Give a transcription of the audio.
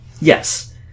Yes